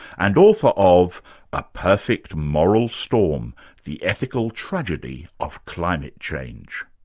and author of a perfect moral storm the ethical tragedy of climate change.